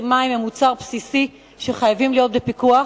מים הם מוצר בסיסי שחייב להיות בפיקוח,